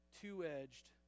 two-edged